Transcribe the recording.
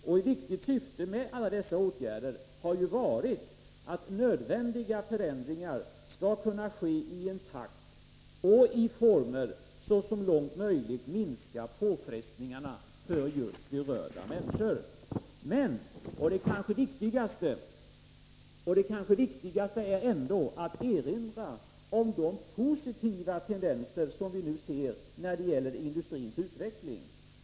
Ett viktigt syfte med dessa åtgärder har varit att nödvändiga förändringar skall kunna ske i en takt och i former som så långt möjligt minskar påfrestningarna för just berörda människor. Med det kanske viktigaste är ändå att erinra om de positiva tendenser som vi nu ser när det gäller industrins utveckling.